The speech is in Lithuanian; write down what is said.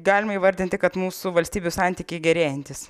galima įvardinti kad mūsų valstybių santykiai gerėjantys